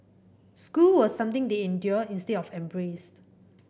school was something they endured instead of embraced